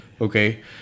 okay